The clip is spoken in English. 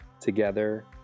together